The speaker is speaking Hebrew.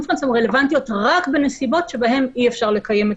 הן רלבנטיות רק בנסיבות שבהן אי אפר לקיים את